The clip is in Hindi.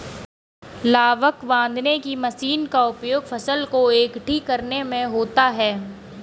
लावक बांधने की मशीन का उपयोग फसल को एकठी करने में होता है